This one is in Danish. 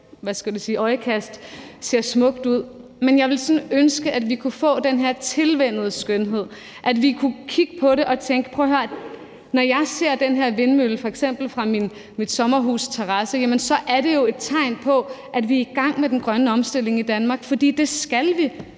ved første øjekast ser smukt ud, men jeg ville sådan ønske, at vi kunne få den her tilvænnede skønhed, og at vi kunne kigge på det og tænke: Prøv at høre her, når jeg ser den her vindmølle, f.eks. fra min sommerhusterrasse, er det jo et tegn på, at vi er i gang med den grønne omstilling i Danmark. For det skal vi.